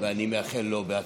ואני מאחל לו הצלחה.